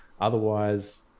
Otherwise